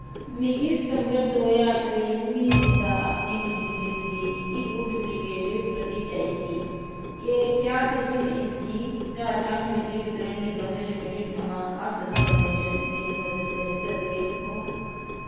मिगी सितंबर दो ज्हार त्रेई म्हीने दा अपनी बिजली बिल दी इक डुप्लीकेट प्रति चाहिदी क्या तुस इसगी झारखंड बिजली वितरण निगम लिमिटड थमां हासल करने च मेरी मदद करी सकदे ओ